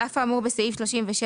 על אף האמור בסעיף 37(א),